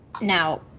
Now